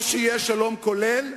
או שיהיה שלום כולל,